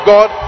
God